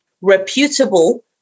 reputable